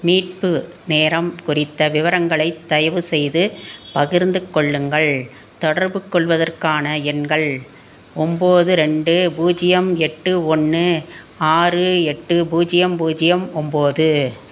மீட்பு நேரம் குறித்த விவரங்களை தயவுசெய்து பகிர்ந்து கொள்ளுங்கள் தொடர்புகொள்வதற்கான எண்கள் ஒன்போது ரெண்டு பூஜ்ஜியம் எட்டு ஒன்று ஆறு எட்டு பூஜ்ஜியம் பூஜ்ஜியம் ஒன்போது